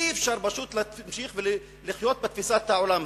אי-אפשר, פשוט, להמשיך לחיות בתפיסת העולם הזאת.